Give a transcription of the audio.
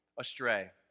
astray